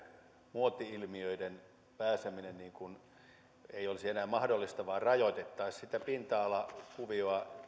muoti ilmiöiden pääseminen ei olisi enää mahdollista vaan rajoitettaisiin sitä pinta alakuviota